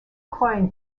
client